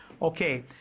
Okay